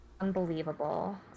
Unbelievable